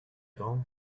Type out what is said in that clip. grand